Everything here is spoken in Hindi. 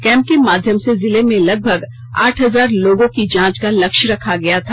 कैंप के माध्यम से जिले में लगभग आठ हजार लोगों की जांच का लक्ष्य रखा गया था